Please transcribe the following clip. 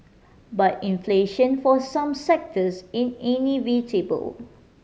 but inflation for some sectors in inevitable